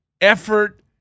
effort